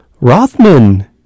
Rothman